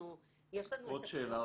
יש לנו את הכול.